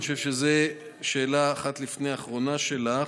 אני חושב שזו שאלה אחת לפני האחרונה שלך,